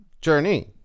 Journey